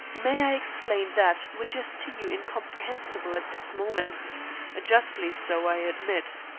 may i explain that which is to you incomprehensible at this moment justly so, i admit.